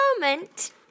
moment